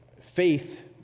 Faith